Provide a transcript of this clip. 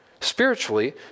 Spiritually